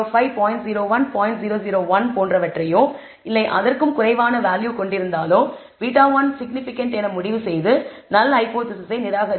001 போன்றவற்றையோ இல்லை அதற்கும் குறைவான வேல்யூ கொண்டிருந்தாலும் β1 சிக்னிபிகண்ட் என முடிவுசெய்து நல் ஹைபோதேசிஸை நிராகரிப்பீர்கள்